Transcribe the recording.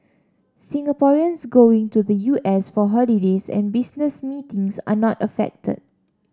Singaporeans going to the U S for holidays and business meetings are not affected